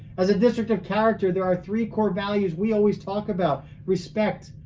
as a district of character there are three core values we always talk about respect,